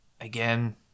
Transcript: again